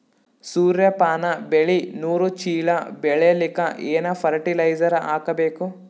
ಸೂರ್ಯಪಾನ ಬೆಳಿ ನೂರು ಚೀಳ ಬೆಳೆಲಿಕ ಏನ ಫರಟಿಲೈಜರ ಹಾಕಬೇಕು?